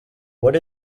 what